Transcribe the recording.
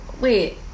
wait